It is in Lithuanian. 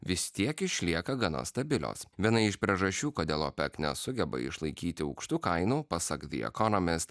vis tiek išlieka gana stabilios viena iš priežasčių kodėl opec nesugeba išlaikyti aukštų kainų pasak the economist